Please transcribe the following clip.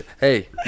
Hey